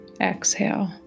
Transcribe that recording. exhale